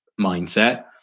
mindset